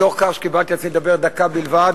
מתוך כך שקיבלתי על עצמי דקה בלבד,